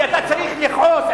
כי אתה צריך לכעוס.